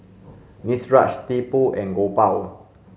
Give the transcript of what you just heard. Niraj Tipu and Gopal